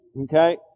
Okay